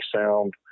sound